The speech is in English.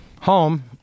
home